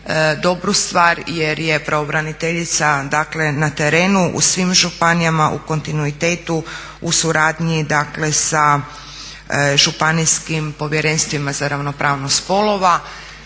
dobru stvar jer je pravobraniteljica, dakle na terenu u svim županijama u kontinuitetu u suradnji, dakle sa županijskim Povjerenstvima za ravnopravnost spolova